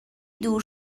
دور